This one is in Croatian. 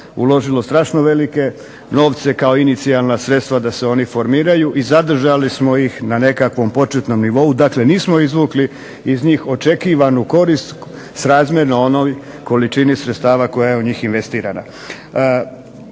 uložilo strašno velike novce, kao inicijalna sredstva da se oni formiraju, i zadržali smo ih na nekakvom početnom nivou, dakle nismo izvukli iz njih očekivanu korist srazmjerno onoj količini sredstava koja je u njih investirana.